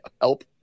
help